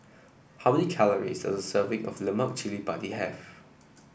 how many calories does a serving of Lemak Cili Padi have